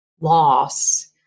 loss